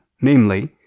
namely